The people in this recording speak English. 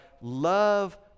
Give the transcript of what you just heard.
love